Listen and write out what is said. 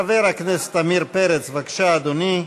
חבר הכנסת עמיר פרץ, בבקשה, אדוני,